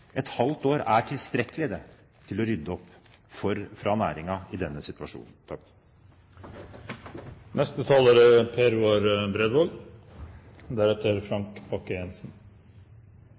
Et halvt år er tilstrekkelig for næringen til å rydde opp i denne situasjonen. For Fremskrittspartiet er